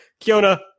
Kiona